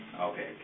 Okay